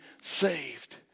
saved